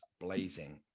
blazing